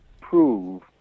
prove